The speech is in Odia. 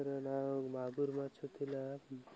ତା ନାଁ ମାଗୁର ମାଛ ଥିଲା